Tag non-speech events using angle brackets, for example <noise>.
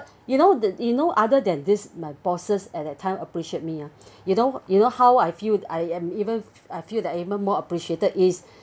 you know the you know other than this my bosses at that time appreciate me ah <breath> you know you know how I feel I am even I feel that even more appreciated is <breath>